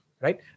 right